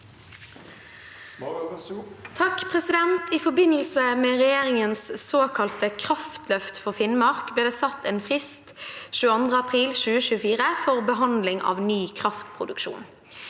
(R) «I forbindelse med regjeringens «kraftløft» for Finnmark ble det satt en frist til 22. april 2024 for behandling av ny kraftproduksjon.